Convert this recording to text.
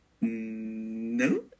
no